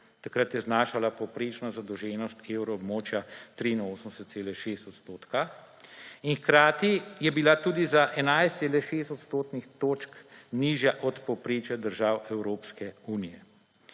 takrat je znašala povprečna zadolženost evroobmočja 83,6 odstotka – in hkrati je bila tudi za 11,6 odstotnih točk nižja od povprečja držav Evropske unije.